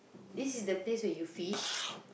this is the pace where you fish